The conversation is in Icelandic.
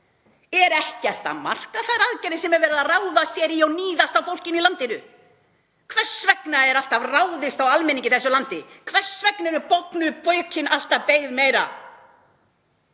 Er ekkert að marka þær aðgerðir sem verið er að ráðast í og níðast á fólkinu í landinu? Hvers vegna er alltaf ráðist á almenning í þessu landi? Hvers vegna eru bognu bökin alltaf beygð meira?